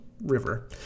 River